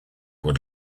would